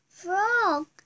frog